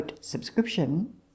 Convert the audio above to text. subscription